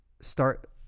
Start